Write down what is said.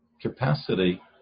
capacity